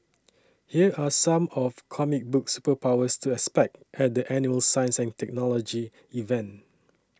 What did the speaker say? here are some of comic book superpowers to expect at the annual science and technology event